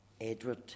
Edward